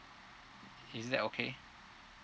is that okay